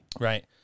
Right